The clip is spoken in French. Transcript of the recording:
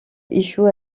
échoue